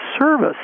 service